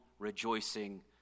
rejoicing